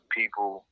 people